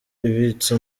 ibitse